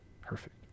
Perfect